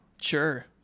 Sure